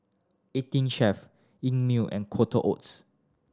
Eighteen Chef Einmilk and Quaker Oats